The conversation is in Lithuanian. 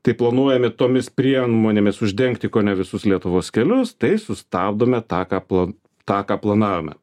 tai planuojame tomis priemonėmis uždengti kone visus lietuvos kelius tai sustabdome tą ką pla tą ką planavome